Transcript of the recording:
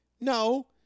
no